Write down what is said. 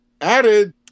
added